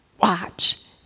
Watch